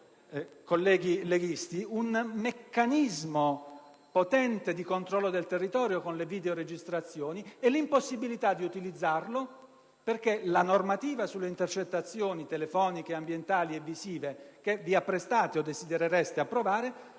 colleghi leghisti, ad un meccanismo potente di controllo del territorio con le videoregistrazioni, ma l'impossibilità di utilizzarle perché la normativa sulle intercettazioni telefoniche, ambientali e visive che vi apprestate ad approvare - o che